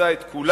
שאימצה את כולה.